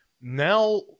now